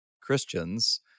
Christians